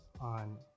on